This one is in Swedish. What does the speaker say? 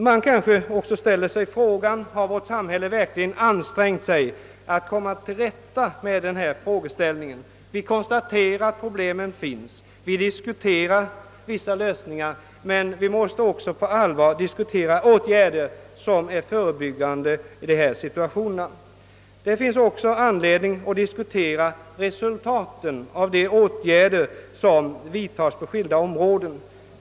| Man kanske också undrar om vårt samhälle verkligen har ansträngt sig att komma till rätta med detta spörsmål. Vi konstaterar att problemen finns, vi diskuterar vissa lösningar, men vi måste också på allvar diskutera åtgärder som är förebyggande. Det finns även anledning att diskutera resultaten av de åtgärder som vidtas på skilda områden.